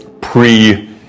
pre-